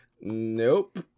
nope